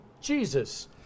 Jesus